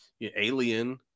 alien